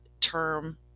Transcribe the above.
term